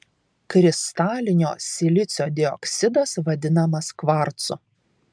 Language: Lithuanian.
kristalinio silicio dioksidas vadinamas kvarcu